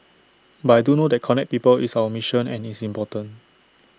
but I do know that connect people is our mission and it's important